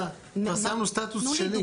שכפר קאסם זה אחת מהתשע?